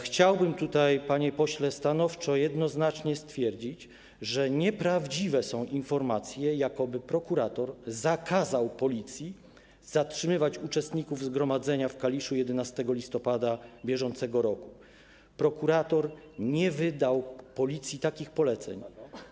chciałbym tutaj, panie pośle, stanowczo, jednoznacznie stwierdzić, że nieprawdziwe są informacje, jakoby prokurator zakazał Policji zatrzymywać uczestników zgromadzenia w Kaliszu 11 listopada br. Prokurator nie wydał Policji takich poleceń.